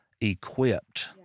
equipped